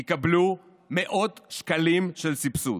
יקבלו מאות שקלים של סבסוד.